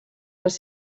les